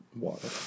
water